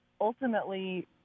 ultimately